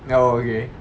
oh okay